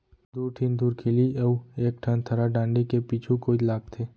दू ठिन धुरखिली अउ एक ठन थरा डांड़ी के पीछू कोइत लागथे